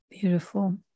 Beautiful